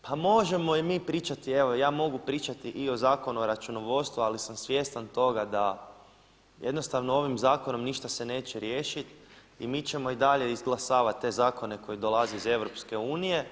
Pa možemo i mi pričati evo ja mogu pričati i o Zakonu o računovodstvu, ali sam svjestan toga da jednostavno ovim zakonom ništa se neće riješiti i mi ćemo i dalje izglasavati te zakone koji dolaze iz EU.